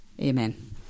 Amen